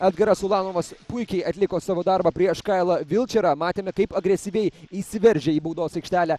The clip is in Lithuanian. edgaras ulanovas puikiai atliko savo darbą prieš kailą vilčerą matėme kaip agresyviai įsiveržia į baudos aikštelę